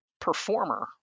performer